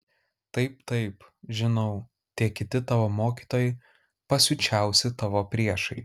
taip taip žinau tie kiti tavo mokytojai pasiučiausi tavo priešai